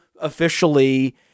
officially